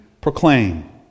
Proclaim